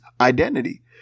identity